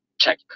check